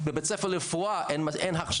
בבית ספר לרפואה אין הכשרה.